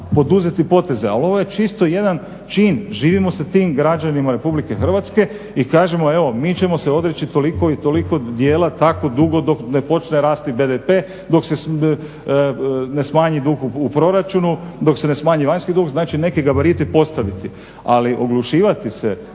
poduzeti poteze, ali ovo je čisto jedan čin, živimo sa tim građanima RH i kažemo evo mi ćemo se odreći toliko i toliko dijela tako dugo dok ne počne rasti BDP, dok se ne smanji dug u proračunu, dok se ne smanji vanjski dug. Znači, neke gabarite postaviti. Ali oglušivati se